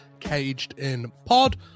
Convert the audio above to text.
CagedInPod